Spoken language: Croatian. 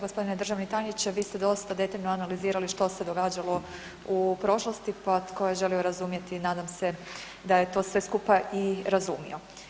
Gospodine državni tajniče vi ste dosta detaljno analizirali što se događalo u prošlosti, pa tko je želio razumjeti nadam se da je to sve skupa i razumio.